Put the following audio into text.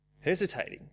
Hesitating